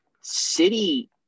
City